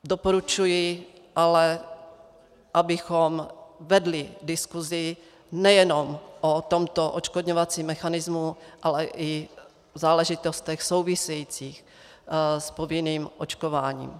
Doporučuji ale, abychom vedli diskusi nejenom o tomto odškodňovacím mechanismu, ale i záležitostech souvisejících s povinným očkováním.